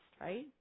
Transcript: right